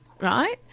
right